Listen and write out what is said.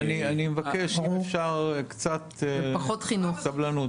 אני מבקש אם אפשר קצת סבלנות.